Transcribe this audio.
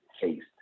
haste